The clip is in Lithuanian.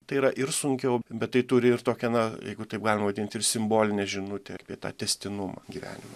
tai yra ir sunkiau bet tai turi ir tokią na jeigu taip galima vadint ir simbolinę žinutę apie tą tęstinumą gyvenimo